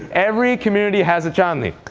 every community has a chandni.